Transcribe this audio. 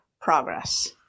progress